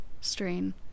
strain